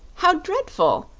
how dreadful!